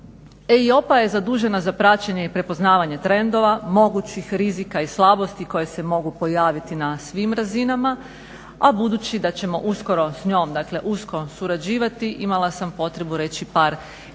EIOPA je zadužena za praćenje i prepoznavanje trendova, mogućih rizika i slabosti koje se mogu pojaviti na svim razinama, a budući da ćemo uskoro s njom, dakle usko surađivati imala sam potrebu reći par informacija